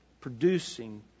producing